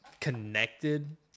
connected